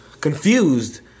confused